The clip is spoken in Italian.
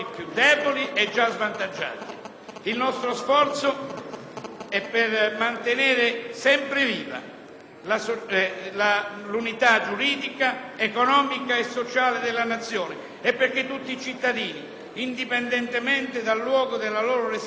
è per mantenere sempre viva l'unità giuridica, economica e sociale della Nazione e perché tutti i cittadini, indipendentemente dal luogo della loro residenza, possano godere di pari dignità sociale.